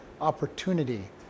opportunity